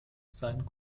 seinen